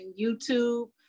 YouTube